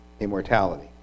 immortality